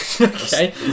Okay